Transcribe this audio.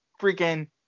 freaking